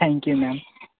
thank you ma'am